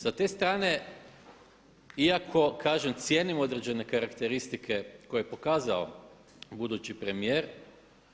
Sa te strane iako kažem cijenim određene karakteristike koje je pokazao budući premijer